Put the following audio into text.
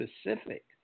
specific